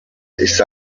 ist